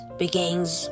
begins